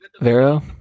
Vero